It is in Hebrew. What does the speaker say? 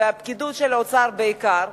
הפקידות של האוצר בעיקר,